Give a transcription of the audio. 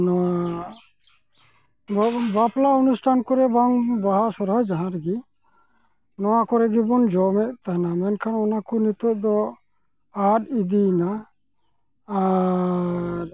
ᱱᱚᱣᱟ ᱵᱟᱵᱚᱱ ᱵᱟᱯᱞᱟ ᱚᱱᱩᱥᱴᱷᱟᱱ ᱠᱚᱨᱮ ᱵᱟᱝ ᱵᱟᱦᱟ ᱥᱚᱨᱦᱟᱭ ᱡᱟᱦᱟᱸ ᱨᱮᱜᱮ ᱱᱚᱣᱟ ᱠᱚᱨᱮ ᱜᱮᱵᱚᱱ ᱡᱚᱢᱮᱫ ᱛᱟᱦᱮᱱᱟ ᱢᱮᱱᱠᱷᱟᱱ ᱚᱱᱟ ᱠᱚ ᱱᱤᱛᱳᱜ ᱫᱚ ᱟᱫ ᱤᱫᱤᱭᱱᱟ ᱟᱨᱻ